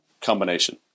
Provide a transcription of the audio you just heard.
combination